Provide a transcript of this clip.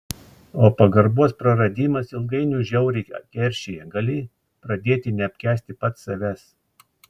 o pagarbos praradimas ilgainiui žiauriai keršija gali pradėti neapkęsti pats savęs